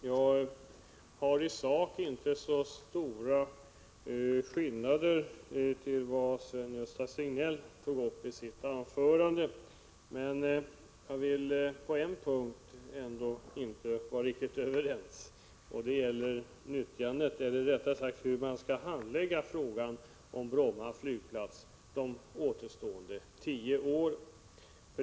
Herr talman! I sak skiljer sig min uppfattning inte stort från det Sven-Gösta Signell tog upp i sitt anförande. Men på en punkt är jag inte riktigt överens med honom. Det gäller hur man skall handlägga frågorna om Bromma flygplats under de återstående tio åren.